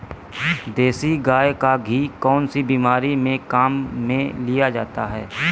देसी गाय का घी कौनसी बीमारी में काम में लिया जाता है?